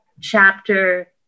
chapter